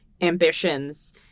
ambitions